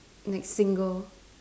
next single